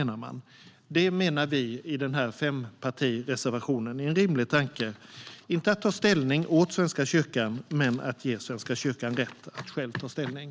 Vi menar i fempartireservationen att det är en rimlig tanke att inte ta ställning åt Svenska kyrkan men att ge Svenska kyrkan rätt att själv ta ställning.